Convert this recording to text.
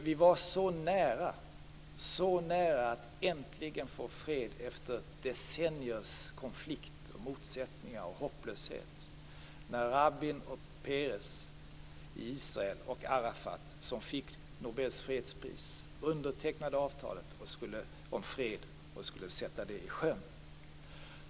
Det var så nära, så nära att det äntligen blev fred efter decenniers konflikter, motsättningar och hopplöshet, när Rabin och Peres i Israel och Arafat, som fick Nobels fredspris, undertecknade avtalet om fred och skulle sätta det i sjön.